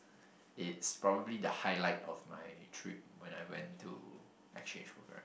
it's probably the highlight of my trip when I went to exchange program